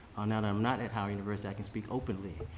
now that i'm not at howard university, i can speak openly.